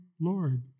Lord